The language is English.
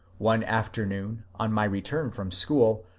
one after noon, on my return from school,